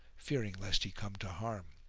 fearing lest he come to harm.